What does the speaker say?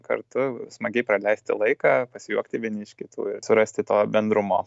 kartu smagiai praleisti laiką pasijuokti vieni iš kitų ir surasti to bendrumo